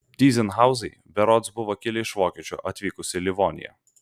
tyzenhauzai berods buvo kilę iš vokiečių atvykusių į livoniją